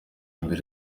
mbere